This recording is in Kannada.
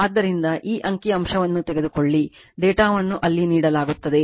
ಆದ್ದರಿಂದ ಈ ಅಂಕಿ ಅಂಶವನ್ನು ತೆಗೆದುಕೊಳ್ಳಿ ಮತ್ತು ಡೇಟಾವನ್ನು ಅಲ್ಲಿ ನೀಡಲಾಗುತ್ತದೆ